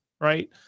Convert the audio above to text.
right